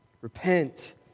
Repent